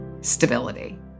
stability